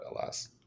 alas